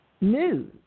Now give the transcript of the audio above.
news